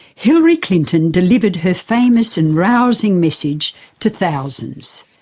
hillary clinton delivered her famous and rousing message to thousands